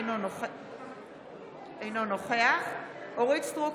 אינו נוכח אורית מלכה סטרוק,